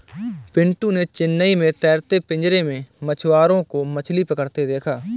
पिंटू ने चेन्नई में तैरते पिंजरे में मछुआरों को मछली पकड़ते देखा